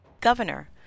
Governor